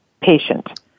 patient